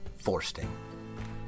Forsting